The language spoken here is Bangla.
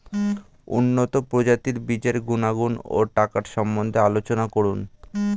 উন্নত প্রজাতির বীজের গুণাগুণ ও টাকার সম্বন্ধে আলোচনা করুন